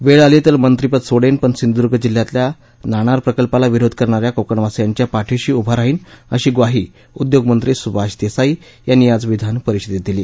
वेळ आली तर मंत्रीपद सोडेन पण सिंधुदर्ग जिल्ह्यातल्या नाणार प्रकल्पाला विरोध करणा या कोकणवासीयांच्या पाठीशी उभा राहीनं अशी ग्वाही उद्योगमंत्री सुभाष देसाई यांनी आज विधानपरिषदेत दिली